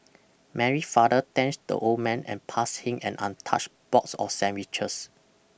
Mary father thanked the old man and passed him an untouched box of sandwiches